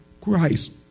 Christ